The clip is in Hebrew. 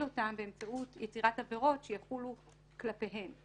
אותן באמצעות יצירת עבירות שיחולו כלפיהן,